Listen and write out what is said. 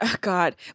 God